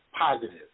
positive